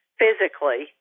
physically